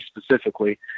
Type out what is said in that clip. specifically